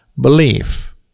belief